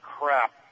crap